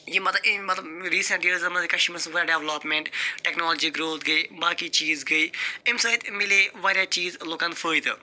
یہِ مطلب ریٖسنٛٹ یِیٲرزن منٛز وارِیاہ ڈٮ۪ولاپمنٹ ٹٮ۪کنالجی گرٛوتھ گٔے باقی چیٖز گٔے اَمہِ سٲتۍ مِلے وارِیاہ چیٖز لُکن فٲیدٕ